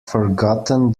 forgotten